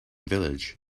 village